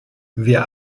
wir